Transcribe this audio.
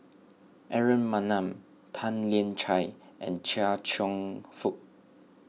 Aaron Maniam Tan Lian Chye and Chia Cheong Fook